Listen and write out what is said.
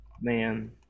man